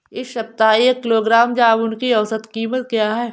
इस सप्ताह एक किलोग्राम जामुन की औसत कीमत क्या है?